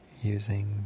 using